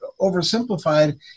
oversimplified